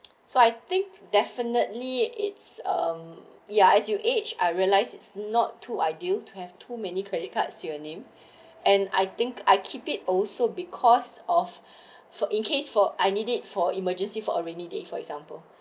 so I think definitely it's um ya as you age I realize it's not to ideal to have too many credit cards you your name and I think I keep it also because of so in case for I need it for emergency for a rainy day for example